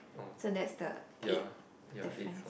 so that's the eight difference